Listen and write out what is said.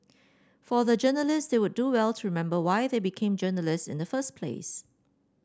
for the journalist they would do well to remember why they became journalist in the first place